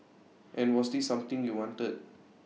and was this something you wanted